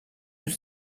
yüz